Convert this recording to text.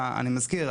אני מזכיר,